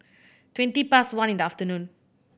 twenty past one in the afternoon